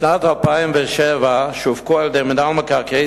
בשנת 2007 שווקו על-ידי מינהל מקרקעי